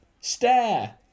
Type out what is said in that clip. stare